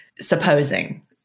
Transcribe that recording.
supposing